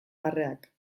barreak